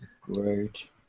Great